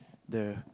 there